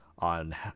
on